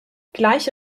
gleiche